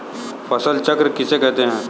फसल चक्र किसे कहते हैं?